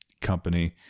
company